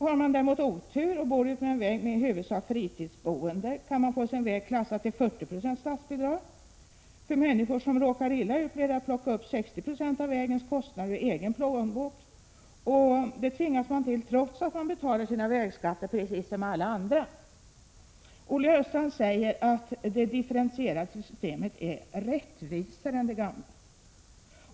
Har man däremot otur och bor utmed en väg med i huvudsak fritidsboende, kan man få vägen klassad till 40 96 statsbidrag. För människor som råkar illa ut blir det att plocka upp 60 76 av vägens kostnader ur egen plånbok, och det tvingas de till trots att de betalar sina vägskatter, precis som alla andra. Olle Östrand säger att det differentierade systemet är rättvisare än det gamla.